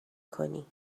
کنی